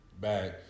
back